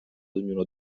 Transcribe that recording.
ognuno